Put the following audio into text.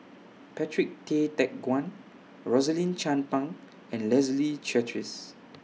Patrick Tay Teck Guan Rosaline Chan Pang and Leslie Charteris